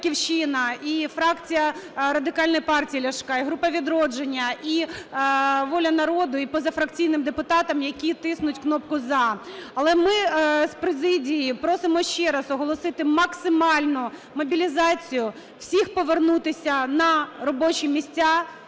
і фракція Радикальної партії Ляшка, і група "Відродження", і "Воля народу", і позафракційним депутатам, які тиснуть кнопку "за". Але ми з президії просимо ще раз оголосити максимальну мобілізацію, всіх повернутися на робочі місця